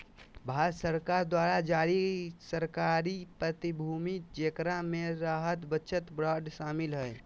भारत सरकार द्वारा जारी सरकारी प्रतिभूति जेकरा मे राहत बचत बांड शामिल हइ